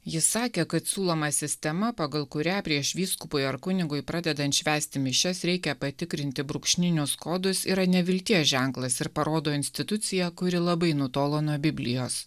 jis sakė kad siūloma sistema pagal kurią prieš vyskupui ar kunigui pradedant švęsti mišias reikia patikrinti brūkšninius kodus yra nevilties ženklas ir parodo instituciją kuri labai nutolo nuo biblijos